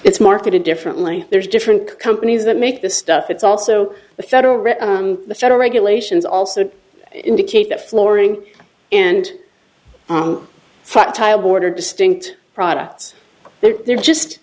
it's marketed differently there's different companies that make this stuff it's also the federal reserve the federal regulations also indicate that flooring and the tile bordered distinct products there they're just